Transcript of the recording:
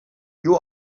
you